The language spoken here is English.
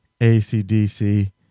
ACDC